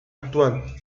actual